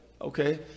okay